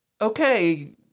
okay